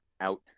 out